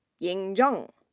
ying zheng.